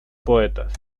poetas